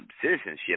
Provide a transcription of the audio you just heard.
citizenship